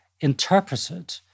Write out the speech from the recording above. interpreted